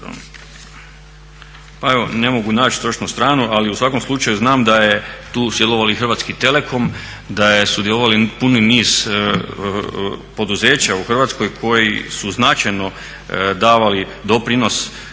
pa evo ne mogu naći točno stranu, ali u svakom slučaju znam da je tu sudjelovao i Hrvatski telekom, da je sudjelovao puni niz poduzeća u Hrvatskoj koji su značajno davali doprinos